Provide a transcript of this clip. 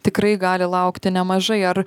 tikrai gali laukti nemažai ar